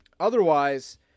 Otherwise